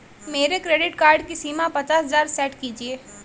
मेरे credit card की सीमा पचास हजार सेट कीजिए